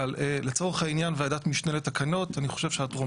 אבל לצורך העניין ועדת משנה לחוקים ותקנות,